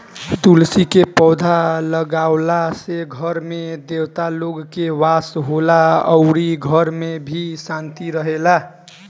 तुलसी के पौधा लागावला से घर में देवता लोग के वास होला अउरी घर में भी शांति रहेला